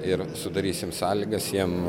ir sudarysim sąlygas jiem